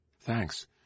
Thanks